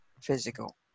physical